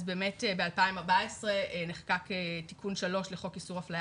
אז באמת ב-2014 נחקק תיקון 3 לחוק איסור אפליה